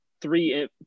three